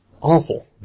awful